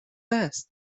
last